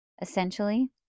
Essentially